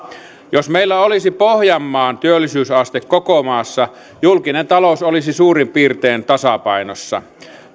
jos meillä olisi pohjanmaan työllisyysaste koko maassa julkinen talous olisi suurin piirtein tasapainossa